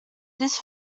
this